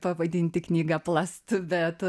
pavadinti knygą plast bet